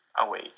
away